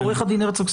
עורך הדין הרצוג,